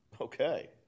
Okay